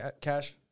Cash